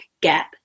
gap